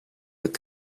with